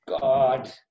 God